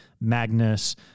Magnus